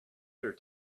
better